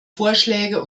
vorschläge